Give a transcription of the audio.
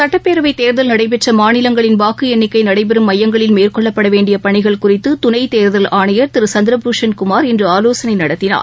சுட்டப்பேரவை தேர்தல் நடைபெற்ற மாநிலங்களின் வாக்கு எண்ணிக்கை நடைபெறும் னம்பங்களில் மேற்கொள்ளப்பட வேண்டிய பணிகள் குறித்து துணை தேர்தல் ஆணையர் திரு சந்திரபூஷன் குமார் இன்று ஆலோசனை நடத்தினார்